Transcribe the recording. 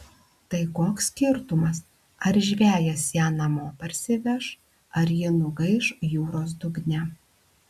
tai koks skirtumas ar žvejas ją namo parsiveš ar ji nugaiš jūros dugne